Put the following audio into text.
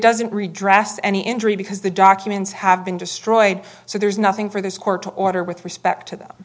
doesn't redress any injury because the documents have been destroyed so there's nothing for this court to order with respect to that